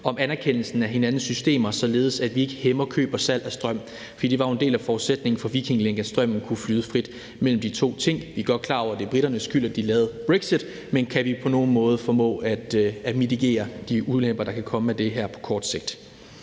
om anerkendelsen af hinandens systemer, således at vi ikke hæmmer køb og salg af strøm. For det var jo en del af forudsætningen for Viking Link, at strømmen kunne flyde frit mellem de to ting. Vi er godt klar over, at det er briternes skyld, at de fik brexit, men kan vi på nogen måde formå at mitigere de ulemper, der kan komme af det her på kort sigt?